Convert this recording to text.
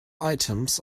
items